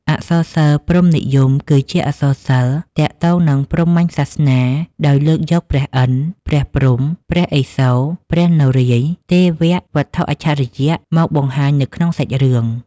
អក្សរសិល្ប៍ព្រហ្មនិយមគឺជាអក្សរសិល្ប៍ទាក់ទងនឹងព្រហ្មញ្ញសាសនា ដោយលើកយកព្រះឥន្ធ ព្រះព្រហ្ម ព្រះឥសូរ ព្រះនរាយណ៍ ទេវៈ វត្ថុអច្ឆរិយៈ មកបង្ហាញនៅក្នុងសាច់រឿង។